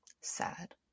sad